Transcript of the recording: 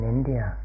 India